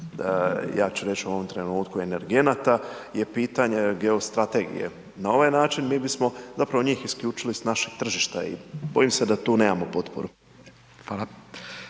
ja ću reći u ovom trenutku, energenata, je pitanje geostrategije. Na ovaj način mi bismo zapravo njih isključili s našeg tržišta i bojim se da tu nemamo potporu.